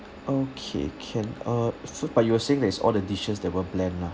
okay can uh foo~ but you were saying that it's all the dishes that were bland lah